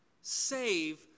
save